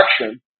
action